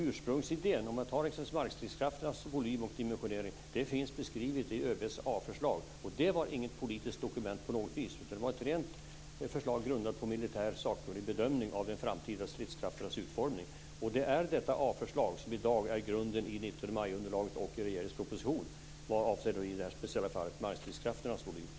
Ursprungsidén - exempelvis beträffande markstridskrafternas volym och dimensionering - finns beskriven i ÖB:s A-förslag och det var inte på något vis ett politiskt dokument, utan det var ett rent förslag grundat på en militär sakkunnig bedömning av de framtida stridskrafternas utformning. Det är alltså detta A-förslag som i dag är grunden vad gäller underlaget från den 19 maj och regeringens proposition, i det här speciella fallet avseende markstridskrafternas volym.